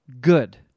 good